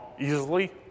easily